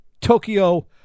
Tokyo